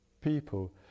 people